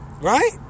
Right